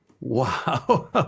Wow